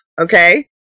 okay